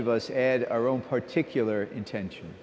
of us add our own particular intention